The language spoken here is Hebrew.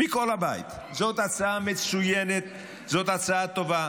זו הצעה מצוינת, זו הצעה טובה.